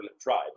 tribe